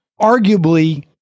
arguably